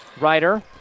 Ryder